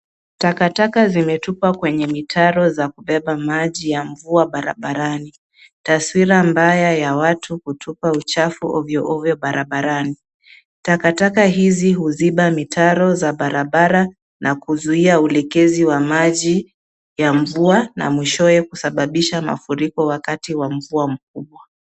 Takataka zimetupwa kwenye mitaro za kubeba maji ya mvua barabarani, taswira mbaya ya watu kutupa uchafu ovyoovyo barabarani. Takataka hizi huziba mitaro za barabara na kuzuia uelekezi wa maji ya mvua na mwishowe kusababisha mafuriko wakati wa mvua mkubwa.